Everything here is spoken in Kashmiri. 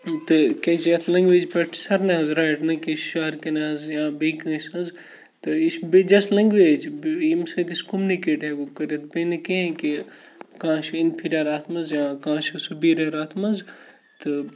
تہٕ کیازِ اَتھ لینٛگویج پٮ۪ٹھ چھِ سارنٕے ہٕنٛز رایٹ نہ کینٛہہ شَہَرکٮ۪ن ہٕنٛز یا بیٚیہِ کٲنٛسہِ ہٕنٛز تہٕ یہِ چھِ بیٚیہِ جَس لنٛگویج ییٚمہِ سۭتۍ أسۍ کوٚمنِکیٹ ہٮ۪کو کٔرِتھ بیٚیہِ نہٕ کِہیٖنۍ کہِ کانٛہہ چھُ اِنفیٖریَر اَتھ منٛز یا کانٛہہ چھُ سُپیٖریَر اَتھ منٛز تہٕ